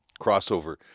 crossover